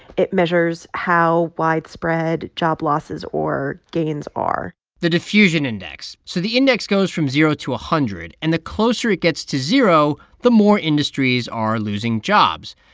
it measures how widespread job losses or gains are the diffusion index so the index goes from zero to one hundred, and the closer it gets to zero, the more industries are losing jobs.